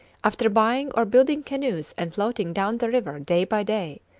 after buying or building canoes and floating down the river day by day,